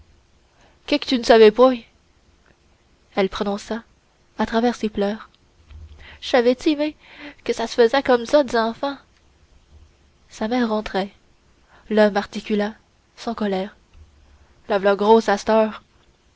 demanda quéque tu ne savais point elle prononça à travers ses pleurs j'savais ti mé que ça se faisait comme ça d's'éfants sa mère rentrait l'homme articula sans colère la v'là grosse